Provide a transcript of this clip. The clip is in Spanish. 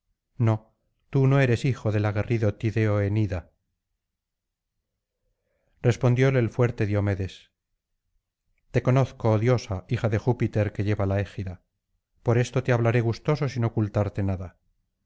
no tu no eres hijo del aguerrido tideo en ida respondióle el fuerte diomedes te conozco oh diosa hija de júpiter que lleva la égida por esto te hablaré gustoso sin ocultarte nada